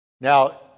now